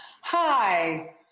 Hi